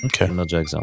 Okay